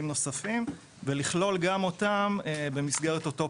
נוספים ולכלול גם אותם במסגרת אותו פטור,